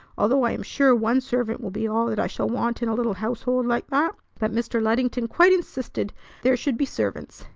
although i'm sure one servant will be all that i shall want in a little household like that. but mr. luddington quite insisted there should be servants,